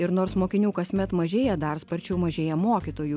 ir nors mokinių kasmet mažėja dar sparčiau mažėja mokytojų